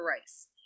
Rice